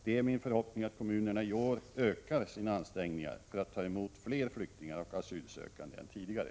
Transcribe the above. Det är min förhoppning att kommunerna i år ökar sina ansträngningar för att ta emot fler flyktingar och asylsökande än tidigare.